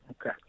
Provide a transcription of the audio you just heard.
Okay